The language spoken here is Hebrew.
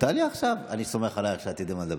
תעלי עכשיו, אני סומך עלייך שתדעי מה לומר.